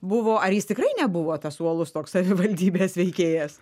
buvo ar jis tikrai nebuvo tas uolus toks savivaldybės veikėjas